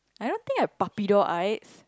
I don't think I have puppy doll eyes